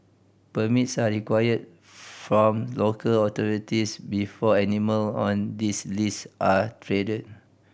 permits are required from local authorities before animal on this list are traded